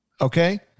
Okay